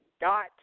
Dot